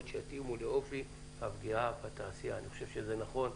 שיתאימו לאופי הפגיעה בתעשייה - אני חושב שזה נכון.